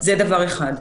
זה דבר אחד.